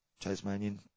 Tasmanian